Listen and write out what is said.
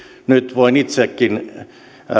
nyt voin itsekin